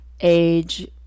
age